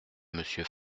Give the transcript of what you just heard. monsieur